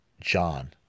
John